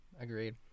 Agreed